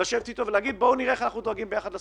לשבת ולהגיד לו: בואו נראה איך אנחנו דואגים ביחד לסטודנטים.